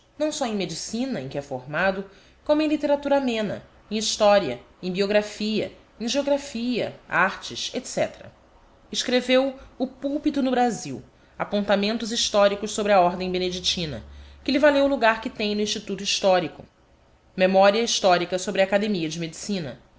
não só em medicina em que é formado como em literatura amena em historia em biographia em geographia artes etc escreveu o púlpito no brasil apontamentos históricos sobre a ordem benedictina que lhe valeu o logar que tem no instituto histórico memoria histórica sobre a academia de m edicina